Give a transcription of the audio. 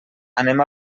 anem